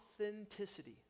authenticity